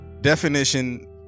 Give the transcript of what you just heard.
definition